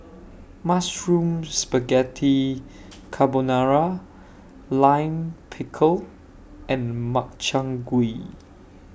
Mushroom Spaghetti Carbonara Lime Pickle and Makchang Gui